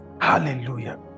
Hallelujah